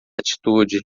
atitude